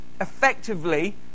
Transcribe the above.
effectively